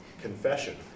confession